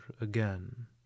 again